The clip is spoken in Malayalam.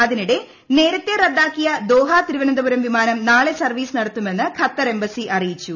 അതിനിടെ നേരത്തെ റദ്ദാക്കിയ ദോഹ തിരുവനന്തപുരം വിമാനം നാളെ സർവ്വീസ് നടത്തുമെന്ന് ഖത്തർ എംബസി അറിയിച്ചു